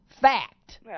Fact